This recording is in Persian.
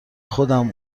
خودم